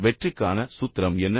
இப்போது வெற்றிக்கான சூத்திரம் என்ன